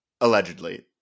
allegedly